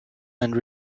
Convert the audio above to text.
and